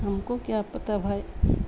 ہم کو کیا پتہ بھائی